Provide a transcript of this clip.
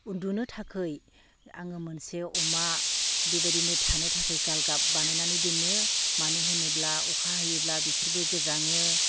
उन्दुनो थाखै आङो मोनसे अमा बेबायदिनो थानो थाखै गालगाब बायनानै दोनो मानो होनोब्ला अखा हायोब्ला बिसोरबो गोजाङो